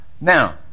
Now